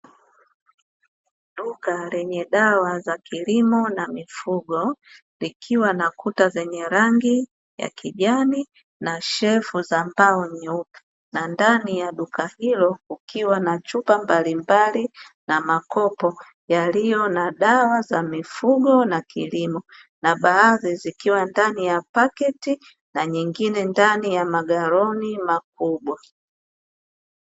Duka lenye dawa za kilimo na mifugo, likiwa na kuta zenye rangi ya kijani na shelfu za mbao nyeupe, na ndani ya duka hilo kukiwa na chupa mbalimbali, na makopo yaliyo na dawa za mifugo na kilimo, na baadhi zikiwa ndani ya paketi, na nyingine ndani ya magaloni makubwa.